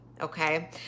okay